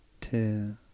two